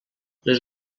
les